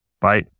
Bye